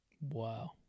Wow